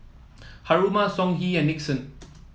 Haruma Songhe and Nixon